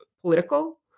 political